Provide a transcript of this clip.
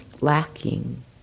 lacking